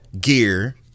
gear